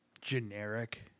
generic